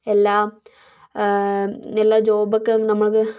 എല്ലാം എല്ലാ ജോബൊക്കെ ഒന്ന് നമുക്ക്